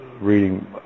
reading